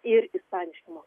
ir ispaniški mokesčiai